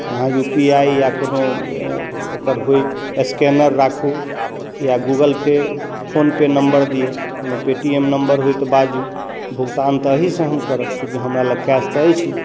आब U P I या कोइ ओकर होइ स्कैनर राखू या Google Pay PhonePe number दिअ कोनो पेटिएम नम्बर होइ तऽ बाजू भुगतान तऽ एहिसँ हम करब चूँकि हमरा लग कैश तऽ अछि नहि